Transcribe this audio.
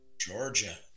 Georgia